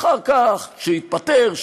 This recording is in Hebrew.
ואחר כך שיתפטר,